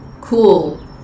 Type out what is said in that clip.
Cool